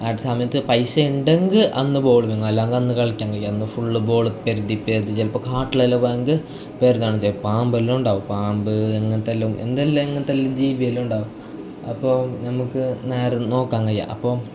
ആ സമയത്ത് പൈസ ഉണ്ടെങ്കിൽ അന്ന് ബോൾ വാങ്ങും അല്ലെങ്കിൽ അന്ന് കളിക്കാൻ കഴിയില്ല അന്ന് ഫുൾ ബോൾ പരതി പരതി ചിലപ്പം കാട്ടിലെല്ലാം പോയെങ്കിൽ പരതുന്നത് പാമ്പെല്ലാം ഉണ്ടാവും പാമ്പ് അങ്ങനത്തെ എല്ലാം ഉ എന്തെലാമോ ജീവി എല്ലാം ഉണ്ടാവും അപ്പോൾ നമുക്ക് നേരെ നോക്കാൻ കഴിയില്ല അപ്പോൾ